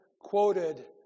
quoted